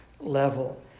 level